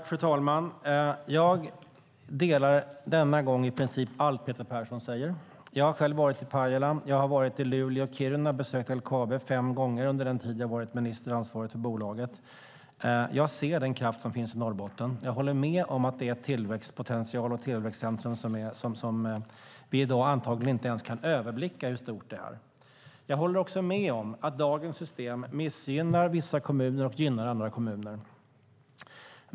Fru talman! Jag delar denna gång i princip synen i allt det som Peter Persson säger. Jag har själv varit i Pajala, i Luleå och i Kiruna och besökt LKAB fem gånger under den tid jag har varit minister och ansvarig för bolaget. Jag ser den kraft som finns i Norrbotten. Jag håller med om att det finns en tillväxtpotential och ett tillväxtcentrum som vi i dag antagligen inte ens kan överblicka storleken av. Jag håller också med om att dagens system missgynnar vissa kommuner och gynnar andra kommuner.